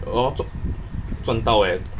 ya lor 赚到 eh